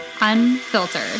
unfiltered